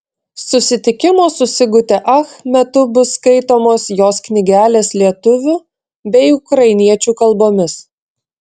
susitikimo su sigute ach metu bus skaitomos jos knygelės lietuvių bei ukrainiečių kalbomis